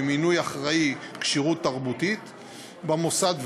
במינוי אחראי כשירות תרבותית במוסד,